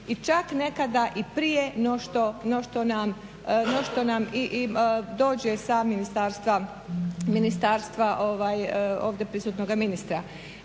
i čak nekada i prije no što nam dođe sa ministarstva ovdje prisutnoga ministra.